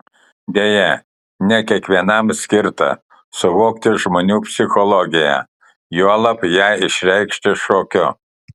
deja ne kiekvienam skirta suvokti žmonių psichologiją juolab ją išreikšti šokiu